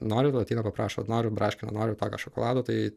nori ateina paprašo noriu braškinio noriu tokio šokolado tai